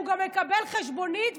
הוא גם מקבל חשבונית,